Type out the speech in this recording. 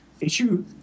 Issue